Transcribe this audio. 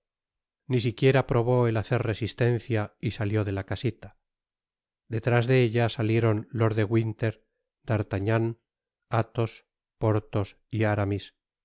ni siquiera probó el hacer resistencia y salió de la casita detrás de ella salieron lord de winter d'artagnan athos porthos y aramis